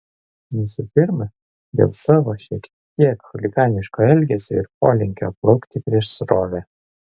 visų pirma dėl savo šiek tiek chuliganiško elgesio ir polinkio plaukti prieš srovę